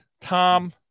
Tom